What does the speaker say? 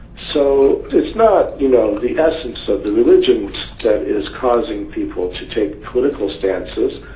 so it's not, you know, the essence of the religions that is causing people to take political stances,